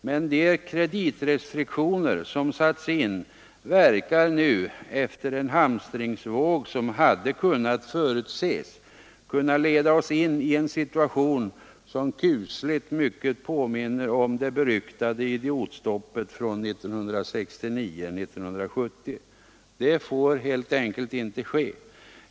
Men de kreditrestriktioner som satts in verkar nu — efter en hamstringsvåg som hade kunnat förutses — kunna leda oss in i en situation, som kusligt mycket påminner om det beryktade idiotstoppet från 1969-1970. Det får helt enkelt inte ske.